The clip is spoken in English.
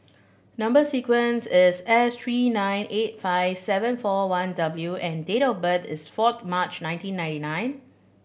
number sequence is S three nine eight five seven four one W and date of birth is four March nineteen ninety nine